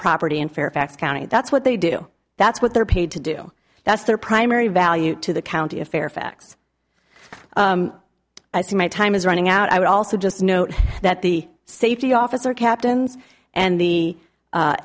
property in fairfax county that's what they do that's what they're paid to do that's their primary value to the county of fairfax i see my time is running out i would also just note that the safety officer captains and the